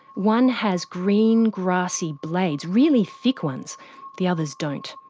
one has green grassy blades really thick ones the others don't.